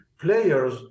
players